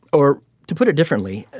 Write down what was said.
or to put it differently.